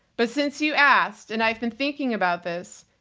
but since you asked and i've been thinking about this,